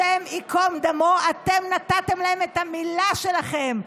השם ייקום דמו, אתם נתתם להם את המילה שלכם.